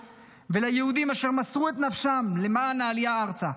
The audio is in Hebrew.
וליהודים אשר מסרו את נפשם למען העלייה ארצה.